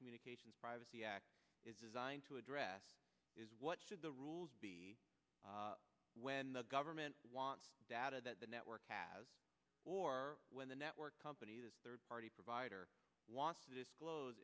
communications privacy act is designed to address is what should the rules be when the government wants data that the network has or when the network company the third party provider wants to disclose